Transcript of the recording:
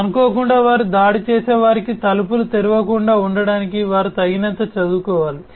అనుకోకుండా వారు దాడి చేసేవారికి తలుపులు తెరవకుండా ఉండటానికి వారు తగినంతగా చదువుకోవాలి